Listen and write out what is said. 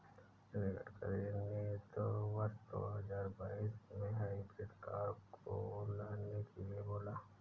नितिन गडकरी ने वर्ष दो हजार बाईस में हाइब्रिड कार को लाने के लिए बोला